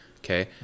Okay